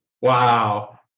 Wow